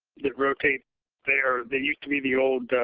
it rotates there. there used to be the old